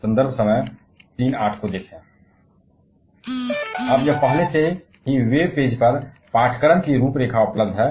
अब यह पहले से ही पाठ्यक्रम के वेब पेज पर पाठ्यक्रम की रूपरेखा उपलब्ध है